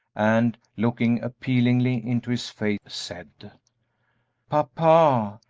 and, looking appealingly into his face, said papa,